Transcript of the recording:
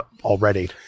already